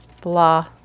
blah